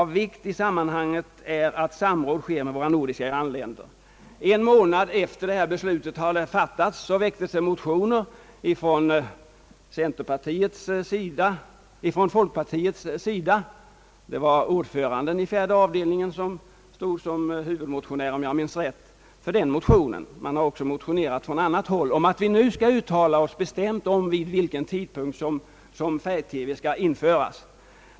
Av vikt är i sammanhanget att samråd sker med våra nordiska grannländer.» En månad efter det att detta beslut hade fattats väcktes motioner från folkpartiets sida — det var ordföranden i fjärde avdelningen som stod som huvudmotionär, om jag minns rätt, för den motion det här gäller; och det har också motionerats från högerns sida — om att riksdagen nu skall bestämt uttala sig om vid vilken tidpunkt färg TV skall införas.